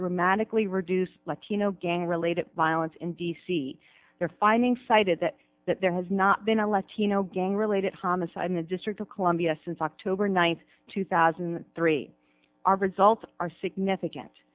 dramatically reduce latino gang related violence in d c their finding cited that that there has not been alleged gang related homicide in the district of columbia since october ninth two thousand and three our results are significant